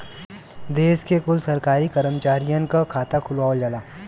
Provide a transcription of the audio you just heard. देश के कुल सरकारी करमचारियन क खाता खुलवावल जाला